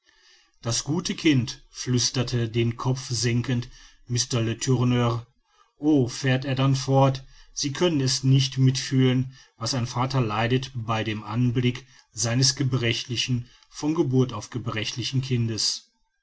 das gute kind flüstert den kopf senkend mr letourneur o fährt er dann fort sie können es nicht mit fühlen was ein vater leidet beim anblick seines gebrechlichen von geburt auf gebrechlichen kindes